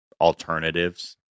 alternatives